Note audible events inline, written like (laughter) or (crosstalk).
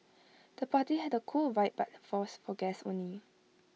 the party had A cool vibe but (unintelligible) for (unintelligible) guests only